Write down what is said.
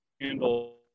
handle